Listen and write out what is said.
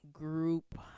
group